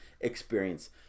experience